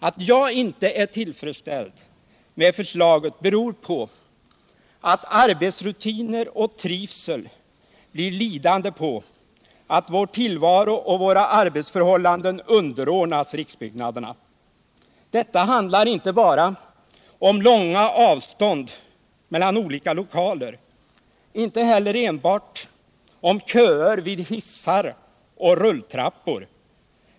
Att jag inte är tillfredsställd med förslaget beror på att arbetsrutiner och trivsel blir lidande på att vår tillvaro och våra arbetsförhållanden underordnas riksbyggnaderna. Detta handlar inte bara om långa avstånd mellan olika lokaler, inte heller enbart om köer vid hissar och rulltrappor.